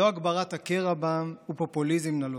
לא הגברת הקרע בעם ופופוליזם נלוז.